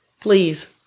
please